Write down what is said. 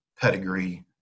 pedigree